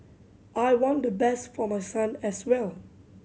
I want the best for my son as well